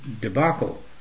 debacle